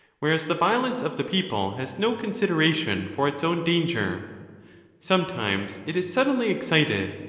whereas the violence of the people has no consideration for its own danger sometimes it is suddenly excited,